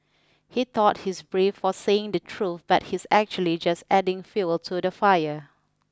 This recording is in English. he thought he's brave for saying the truth but he's actually just adding fuel to the fire